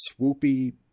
swoopy